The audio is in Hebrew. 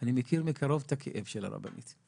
אני מכיר מקרוב את הכאב של הרבנית.